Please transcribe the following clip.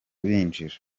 binjira